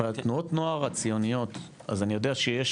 בתנועות נוער הציוניות אני יודע שיש